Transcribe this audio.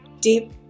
deep